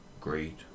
great